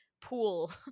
pool